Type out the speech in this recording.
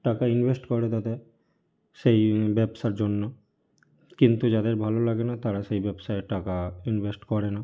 টাকা ইনভেস্ট করে তাতে সেই ব্যবসার জন্য কিন্তু যাদের ভালো লাগে না তারা সেই ব্যবসায় আর টাকা ইনভেস্ট করে না